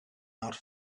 out